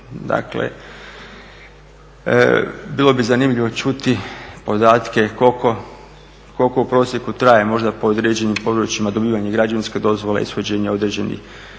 Dakle, bilo bi zanimljivo čuti podatke koliko u prosjeku traje možda po određenim područjima dobivanje građevinske dozvole i ishođenje određenih